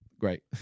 great